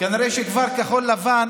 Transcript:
כנראה שכחול לבן,